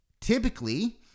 typically